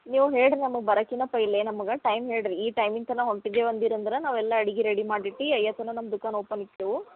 ನೀವು ಹೇಳ್ರಿ ನಮ್ಗ ಬರಕ್ಕೆ ಇನ್ನ ಪೈಲೆ ನಮಗೆ ಟೈಮ್ ಹೇಳ್ರಿ ಈ ಟೈಮಿಂಗ್ ತನ ಹೊಂಟಿದ್ದೇವೆ ಅಂದಿರ ಅಂದ್ರ ನಾವೆಲ್ಲ ಅಡ್ಗಿ ರೆಡಿ ಮಾಡಿ ಇಟ್ಟೀ ಐಯತನ್ ನಮ್ಮ ದುಖಾನ್ ಓಪನ್ ಇಟ್ಟೇವು